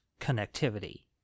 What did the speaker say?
connectivity